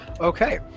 Okay